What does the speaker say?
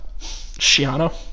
Shiano